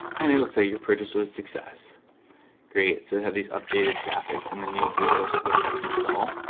and it'll say your purchase was success great. so have these updated graphics in the new bluehost wordpress install,